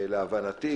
להבנתי